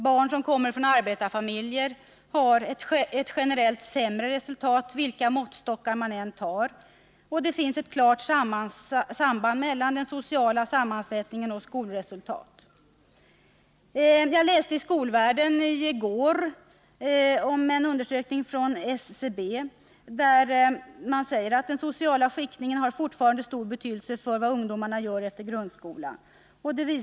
Barn som kommer från arbetarfamiljer har ett generellt sämre resultat vilken måttstock man än använder. Det finns ett klart samband mellan den sociala sammansättningen och skolresultatet. Jag läste i Skolvärlden i går om en undersökning från SCB. Man sade där att den sociala skiktningen fortfarande har stor betydelse för vad ungdomarna gör efter grundskolan.